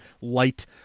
light